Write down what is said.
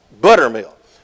buttermilk